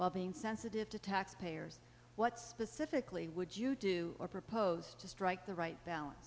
being sensitive to taxpayers what specifically would you do or proposed to strike the right balance